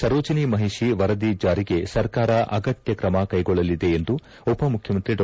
ಸರೋಜಿನಿ ಮಹಿಷಿ ವರದಿ ಜಾರಿಗೆ ಸರ್ಕಾರ ಅಗತ್ಯ ತ್ರಮ ಕೈಗೊಳ್ಳಲಿದೆ ಉಪಮುಖ್ಯಮಂತ್ರಿ ಡಾ